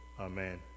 Amen